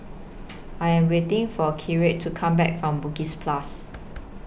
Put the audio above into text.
I Am waiting For to Come Back from Bugis Plus